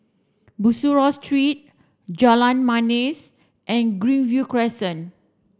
Bussorah Street Jalan Manis and Greenview Crescent